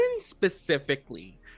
specifically